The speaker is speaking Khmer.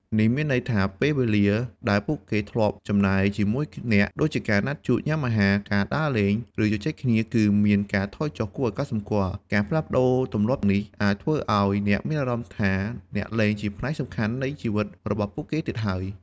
នេះមានន័យថា ពេលវេលាដែលពួកគេធ្លាប់ចំណាយជាមួយអ្នក ដូចជាការណាត់ជួបញ៉ាំអាហារ ការដើរលេង ឬជជែកគ្នាគឺមានការថយចុះគួរឲ្យកត់សម្គាល់។ ការផ្លាស់ប្តូរទម្លាប់នេះអាចធ្វើឲ្យអ្នកមានអារម្មណ៍ថា អ្នកលែងជាផ្នែកសំខាន់នៃជីវិតរបស់ពួកគេទៀតហើយ។